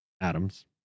atoms